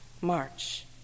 march